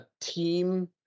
team